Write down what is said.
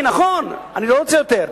נכון, אני לא רוצה יותר.